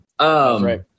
right